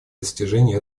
достижения